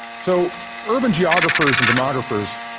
so urban geographers and demographers,